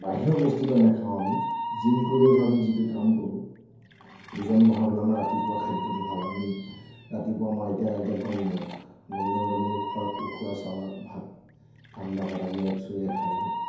বাহিৰৰ বস্তুবিলাক নাখাওঁ আমি জিম কৰিলেও ধৰ আমি যিটো কাম কৰোঁ ওজন বঢ়াবলৈ আমাৰ ৰাতিপুৱাৰ খাদ্যটো ভাল আমি ৰাতিপুৱা আমাৰ এতিয়া এতিয়া গৰম দিনত গৰম দিনত আমি উখোৱা উখোৱা চাউলৰ ভাত ঠাণ্ডা ভাত আমি একচৰীয়া খাই দিওঁ